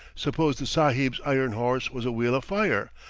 suppose the sahib's iron horse was a wheel of fire,